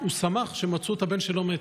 הוא שמח שמצאו את הבן שלו מת.